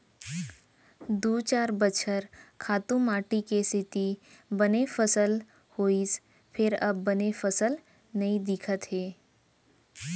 दू चार बछर खातू माटी के सेती बने फसल होइस फेर अब बने फसल नइ दिखत हे